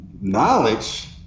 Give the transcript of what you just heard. Knowledge